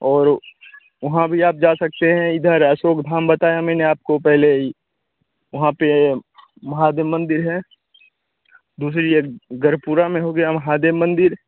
और वहाँ भी आप जा सकते हैं इधर अशोक धाम बताया मैंने आपको पहले ही वहाँ पर महादेव मंदिर है दूसरी एक गढ़पुरा में हो गया महादेव मंदिर